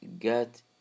got